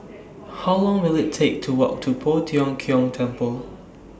How Long Will IT Take to Walk to Poh Tiong Kiong Temple